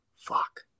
Fuck